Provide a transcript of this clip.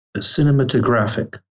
cinematographic